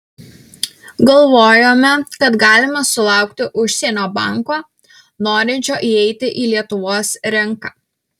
galvojome kad galime sulaukti užsienio banko norinčio įeiti į lietuvos rinką